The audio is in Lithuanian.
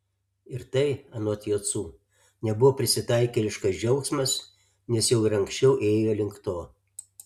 ir tai anot jocų nebuvo prisitaikėliškas džiaugsmas nes jau ir anksčiau ėjo link to